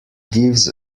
gives